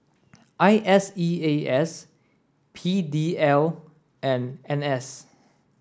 I S E A S P D L and N S